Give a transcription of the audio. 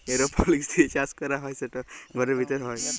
এরওপলিক্স দিঁয়ে চাষ ক্যরা হ্যয় সেট ঘরের ভিতরে হ্যয়